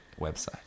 website